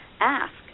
ask